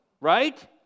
right